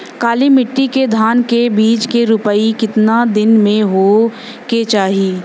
काली मिट्टी के धान के बिज के रूपाई कितना दिन मे होवे के चाही?